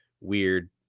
weird